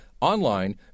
online